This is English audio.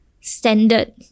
standard